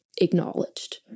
acknowledged